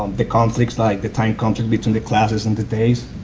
the conflicts, like the time conflict between the classes and the days.